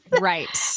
Right